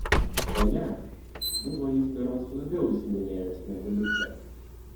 o ją buvo jis berods labiau įsimylėjęs negu liucę